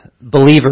Believers